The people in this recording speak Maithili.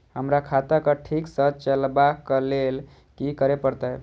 हमरा खाता क ठीक स चलबाक लेल की करे परतै